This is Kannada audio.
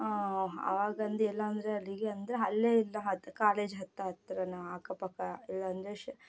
ಆವಾಗಿಂದು ಎಲ್ಲ ಅಂದರೆ ಅಲ್ಲಿಗೆ ಅಂದರೆ ಅಲ್ಲೇ ಇದು ಹತ್ರ ಕಾಲೇಜ್ ಹತ್ರ ಹತ್ತಿರ ನಾವು ಅಕ್ಕ ಪಕ್ಕ ಇಲ್ಲಂದರೆ ಶಾ